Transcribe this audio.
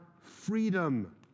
freedom